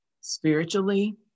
spiritually